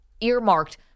earmarked